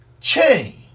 change